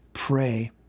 Pray